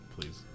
please